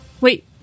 Wait